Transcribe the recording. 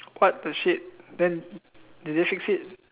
what the shit then did they fix it